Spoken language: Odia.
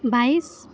ବାଇଶି